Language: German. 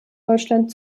deutschland